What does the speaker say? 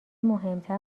مهمتر